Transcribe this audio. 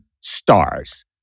stars